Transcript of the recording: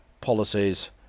policies